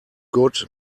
good